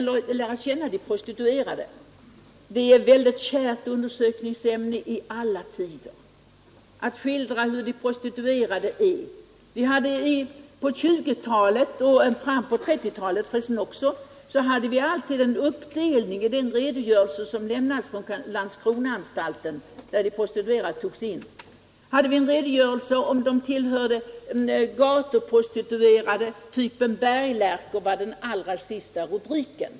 Det har i alla tider varit ett väldigt kärt undersökningsämne att skildra hurdana de prostituerade är. På 1920 och 1930-talen fanns det alltid i den redogörelse som lämnades från Landskronaanstalten, där de prostituerade togs in, en redogörelse för om de tillhörde gatuprostituerade — typen berglärkor var den allra sista rubriken.